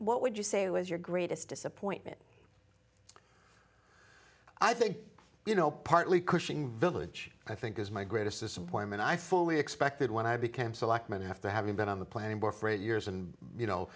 what would you say was your greatest disappointment i think you know partly cushing village i think is my greatest disappointment i fully expected when i became selectman after having been on the planning board for eight years and you know